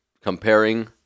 comparing